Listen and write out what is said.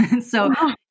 So-